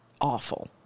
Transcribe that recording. awful